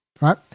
right